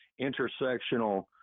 intersectional